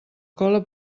cola